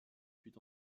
fut